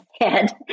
head